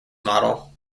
model